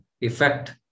effect